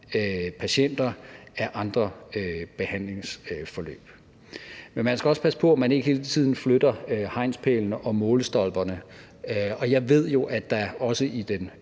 patienter, af andre behandlingsforløb. Men man skal også passe på, at man ikke hele tiden flytter hegnspælene og målstolperne, og jeg ved jo, at der også i den